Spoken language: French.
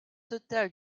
total